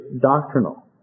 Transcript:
doctrinal